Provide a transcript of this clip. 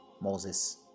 Moses